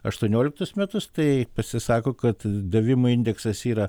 aštuonioliktus metus tai pasisako kad davimo indeksas yra